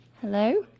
Hello